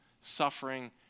suffering